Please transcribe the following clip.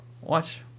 Watch